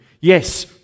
Yes